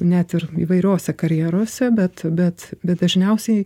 net ir įvairiose karjerose bet bet bet dažniausiai